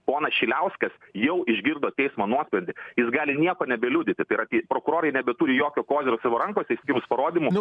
ponas šiliauskas jau išgirdo teismo nuosprendį jis gali nieko nebeliudyti tai yra ti prokurorai nebeturi jokio kozirio savo rankose išskyrus parodymų